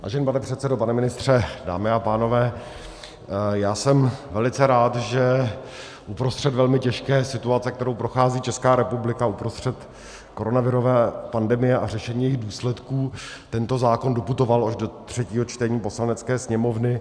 Vážený pane předsedo, pane ministře, dámy a pánové, jsem velice rád, že uprostřed velmi těžké situace, kterou prochází Česká republika, uprostřed koronavirové pandemie a řešení jejích důsledků tento zákon doputoval až do třetího čtení Poslanecké sněmovny.